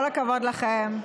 כל הכבוד לכם.